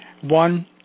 One